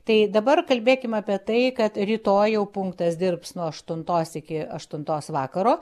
tai dabar kalbėkim apie tai kad rytoj jau punktas dirbs nuo aštuntos iki aštuntos vakaro